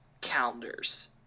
calendars